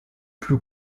plus